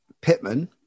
Pittman